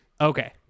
Okay